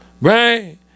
right